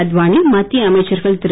அத்வானி மத்திய அமைச்சர்கள் திரு